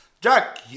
Jack